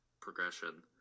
progression